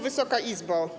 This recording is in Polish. Wysoka Izbo!